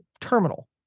terminal